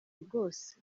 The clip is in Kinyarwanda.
rwose